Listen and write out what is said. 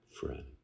friend